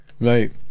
Right